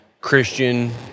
Christian